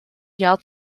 jahr